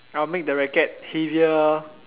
I'll make the racket heavier